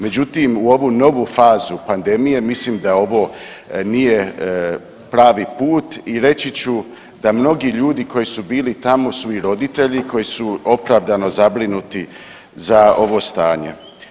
Međutim, u ovu novu fazu pandemije, mislim da ovo nije pravi put i reći ću da mnogi ljudi koji su bili tamo su i roditelji, koji su opravdano zabrinuti za ovo stanje.